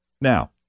Now